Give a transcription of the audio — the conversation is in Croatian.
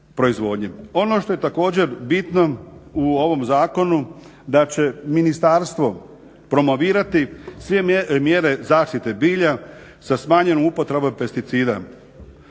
Ono što je također bitno u ovom zakonu da će Ministarstvo promovirati sve mjere zaštite bilja sa smanjenom upotrebom pesticida.